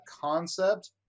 concept